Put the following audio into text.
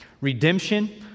Redemption